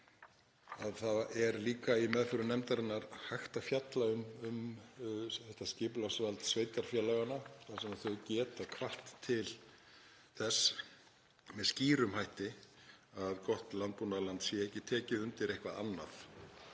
að það er líka í meðförum nefndarinnar hægt að fjalla um þetta skipulagsvald sveitarfélaganna þar sem þau geta hvatt til þess með skýrum hætti að gott landbúnaðarland sé ekki tekið undir eitthvað annað